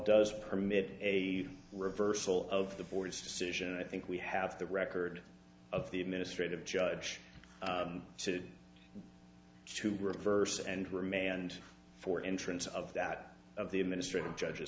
does permit a reversal of the board's decision i think we have the record of the administrative judge to to reverse and remand for entrance of that of the administrative judge